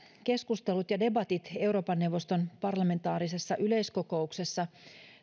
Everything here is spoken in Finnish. keskustelut ja debatit euroopan neuvoston parlamentaarisessa yleiskokouksessa